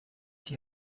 die